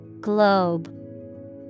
Globe